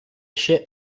ship